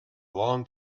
long